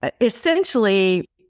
essentially